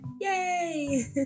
yay